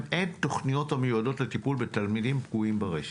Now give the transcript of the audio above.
אין תוכניות המיועדות לטיפול בתלמידים פגועים ברשת.